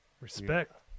Respect